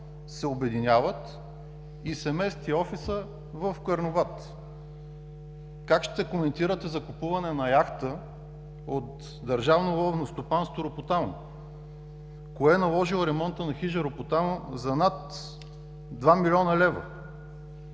се обединяват и офисът се мести в Карнобат. Как ще коментирате закупуване на яхта от Държавно ловно стопанство „Ропотамо“? Кое е наложило ремонта на хижа „Ропотамо“ за над 2 млн. лв.?